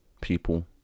people